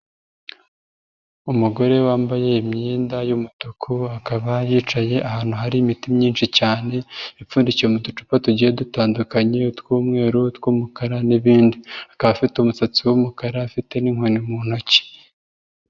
Umugore wambaye imyenda y'umutuku, akaba yicaye ahantu hari imiti myinshi cyane, ipfundikiye mu ducupa tugiye dutandukanye, utw'umweru, utw'umukara n'ibindi. Akaba afite umusatsi w'umukara, afite n'inkoni mu ntoki.